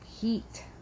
heat